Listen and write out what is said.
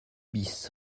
bis